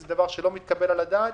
זה דבר שלא מתקבל על הדעת.